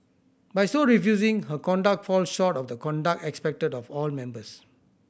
by so refusing her conduct falls short of the conduct expected of all members